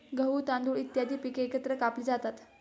गहू, तांदूळ इत्यादी पिके एकत्र कापली जातात